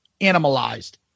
animalized